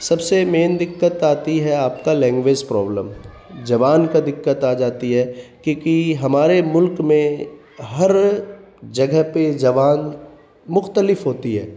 سب سے مین دقت آتی ہے آپ کا لینگویج پرابلم زبان کا دقت آ جاتی ہے کیونکہ ہمارے ملک میں ہر جگہ پہ زبان مختلف ہوتی ہے